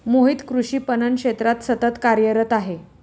मोहित कृषी पणन क्षेत्रात सतत कार्यरत आहे